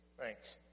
Thanks